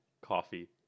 coffee